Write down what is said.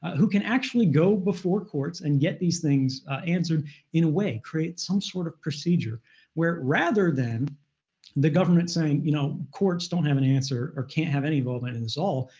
who can actually go before courts and get these things answered in a way. create some sort of procedure where, rather than the government saying, you know, courts don't have an answer or can't have any involvement in this all,